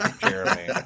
Jeremy